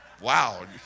Wow